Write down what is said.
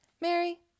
Mary